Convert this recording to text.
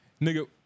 Nigga